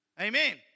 Amen